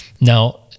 Now